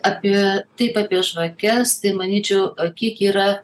apie taip apie žvakes tai manyčiau kiek yra